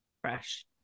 Fresh